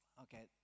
Okay